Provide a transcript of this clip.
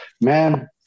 man